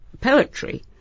poetry